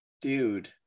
dude